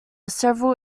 several